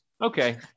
Okay